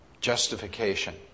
Justification